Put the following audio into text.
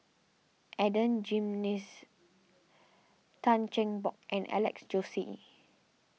Adan Jimenez Tan Cheng Bock and Alex Josey